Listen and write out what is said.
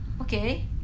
Okay